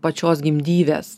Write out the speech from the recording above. pačios gimdyvės